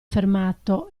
fermato